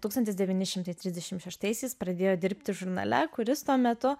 tūkstantis devyni šimtai tridešimt šeštaisiais pradėjo dirbti žurnale kuris tuo metu